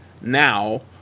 now